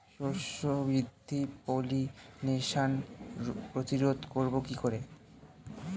শস্য বৃদ্ধির পলিনেশান প্রতিরোধ করব কি করে?